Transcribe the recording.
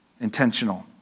intentional